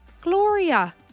Gloria